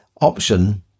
option